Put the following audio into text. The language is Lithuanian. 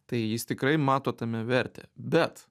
tai jis tikrai mato tame vertę bet